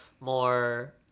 more